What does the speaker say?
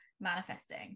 manifesting